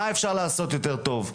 מה אפשר לעשות יותר טוב.